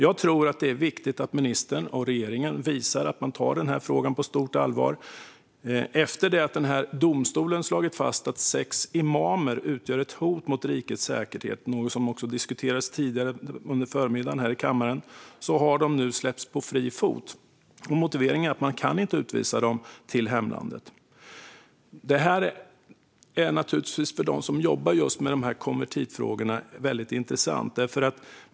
Jag tror att det är viktigt att ministern och regeringen visar att man tar den här frågan på stort allvar. Efter det att domstol slagit fast att sex imamer utgör ett hot mot rikets säkerhet, något som också diskuterades tidigare under förmiddagen här i kammaren, har de nu släppts på fri fot. Motiveringen är att man inte kan utvisa dem till hemlandet. Det här är naturligtvis väldigt intressant för dem som jobbar med just konvertitfrågorna.